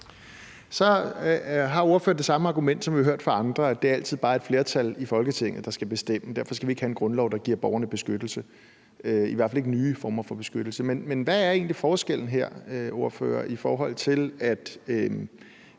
Så har ordføreren det samme argument, som vi hørt fra andre, nemlig at det altid bare er et flertal i Folketinget, der skal bestemme, og at vi derfor ikke skal have en grundlov, der giver borgerne beskyttelse, i hvert fald ikke nye former for beskyttelse. Men hvad er egentlig forskellen her, ordfører? Med grundloven